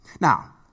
Now